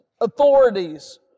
authorities